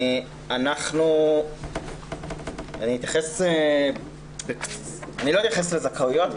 לא אתייחס לזכאויות,